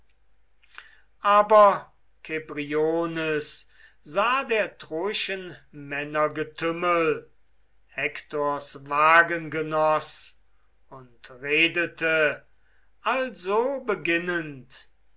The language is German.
aber kebriones sah der troischen männer getümmel hektors wagengenoß und redete also beginnend